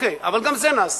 אבל גם זה נעשה.